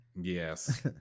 Yes